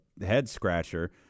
head-scratcher